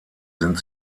sind